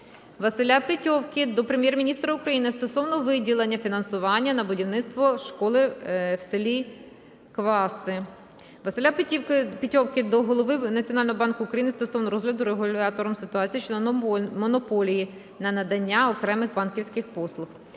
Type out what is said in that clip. Василя Петьовки до Прем'єр-міністра України стосовно виділення фінансування на будівництво школи в с. Кваси. Василя Петьовки до Голови Національного банку України стосовно розгляду регулятором ситуації щодо монополії на надання окремих банківських послуг.